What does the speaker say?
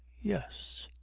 yes.